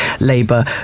Labour